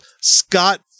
Scott